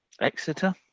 Exeter